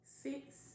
Six